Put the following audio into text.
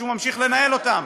הוא ממשיך לנהל אותם